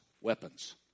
weapons